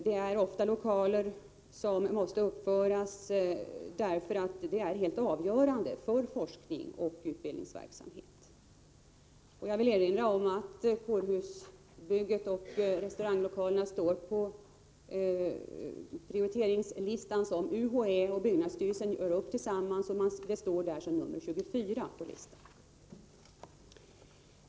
Det handlar ofta om lokaler som måste uppföras därför att de är helt avgörande för forskningsoch utbildningsverksamheten. Jag vill erinra om att kårhusbygget och restauranglokalerna i Linköping står som nr 24 på den prioriteringslista som UHÄ och byggnadsstyrelsen gör upp tillsammans.